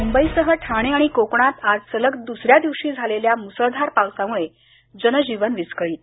मुंबईसह ठाणे आणि कोकणात आज सलग द्सऱ्या दिवशी झालेल्या मुसळधार पावसामुळे जनजीवन विसकळीत